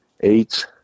Eight